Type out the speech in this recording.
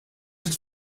het